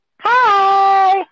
Hi